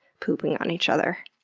pooping on each other.